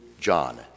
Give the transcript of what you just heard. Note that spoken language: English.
John